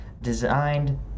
designed